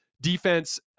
defense